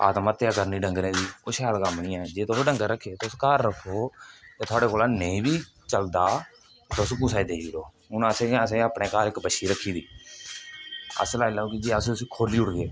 हत्या करनी डंगरे दी अच्छा कम्म नेईं ऐ जेकर तुसें डंगर रक्खे तुस घर रक्खेओ जां थुआढ़े कोला नेईं बी चलदा तुस कुसैगी देई ओड़ो हून असेंगे असें अपने घर इक बच्छी रक्खी दी अस लाई लैओ कि अस उसी खोल्ली ओड़गे कुसै दे खेतर च बड़ी जाग ओह्